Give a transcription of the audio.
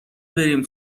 بریم